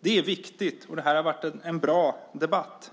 Det är viktigt, och detta har varit en bra debatt.